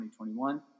2021